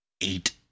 Eight